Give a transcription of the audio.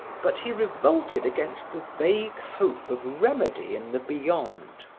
but he revolted against the vague hope of remedy in the beyond.